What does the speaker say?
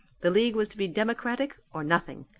the league was to be democratic or nothing.